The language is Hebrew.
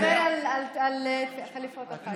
נדבר על חליפות אחר כך.